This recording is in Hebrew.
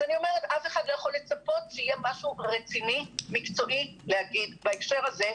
אף אחד לא יכול לצפות שיהיה משהו רציני מקצועי להגיד בהקשר הזה,